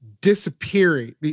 disappearing